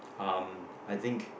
um I think